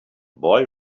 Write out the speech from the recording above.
boy